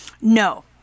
no